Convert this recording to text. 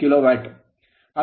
88KW